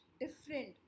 different